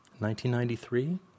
1993